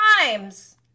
times